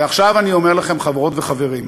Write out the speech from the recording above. ועכשיו אני אומר לכם, חברות וחברים,